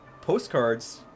postcards